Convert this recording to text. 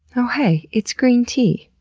oh hey! it's green tea,